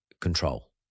control